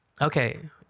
okay